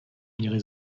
měly